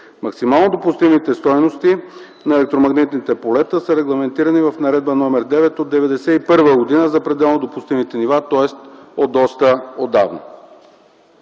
Максимално допустимите стойности на електромагнитните полета са регламентирани в Наредба № 9 от 1991 г. за пределно допустимите нива, тоест от доста отдавна.